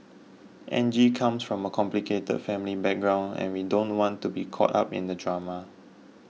Angie comes from a complicated family background and we don't want to be caught up in the drama